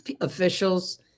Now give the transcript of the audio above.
officials